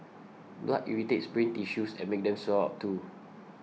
blood irritates brain tissues and makes them swell up too